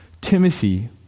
Timothy